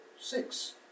six